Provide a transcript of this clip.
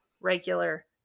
regular